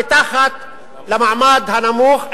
למעמד הנמוך,